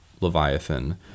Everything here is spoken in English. Leviathan